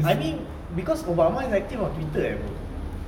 I mean because obama is acting on twitter eh bro